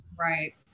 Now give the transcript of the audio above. Right